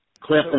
Cliff